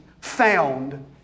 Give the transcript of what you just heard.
found